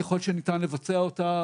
ככל שניתן לבצע אותה,